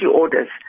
orders